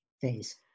phase